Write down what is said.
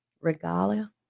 Regalia